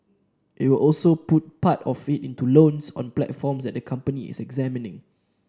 it will also put part of it into loans on platforms that the company is examining